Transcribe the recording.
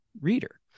reader